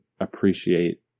appreciate